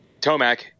Tomac